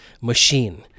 machine